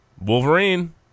wolverine